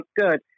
good